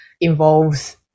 involves